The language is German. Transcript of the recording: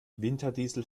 winterdiesel